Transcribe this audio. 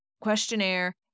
questionnaire